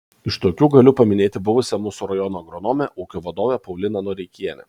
iš tokių galiu paminėti buvusią mūsų rajono agronomę ūkio vadovę pauliną noreikienę